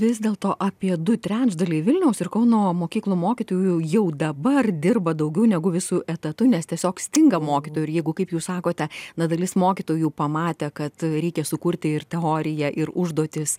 vis dėl to apie du trečdaliai vilniaus ir kauno mokyklų mokytojų jau dabar dirba daugiau negu visu etatu nes tiesiog stinga mokytojų ir jeigu kaip jūs sakote na dalis mokytojų pamatę kad reikia sukurti ir teoriją ir užduotis